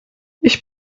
ich